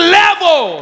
level